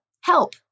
Help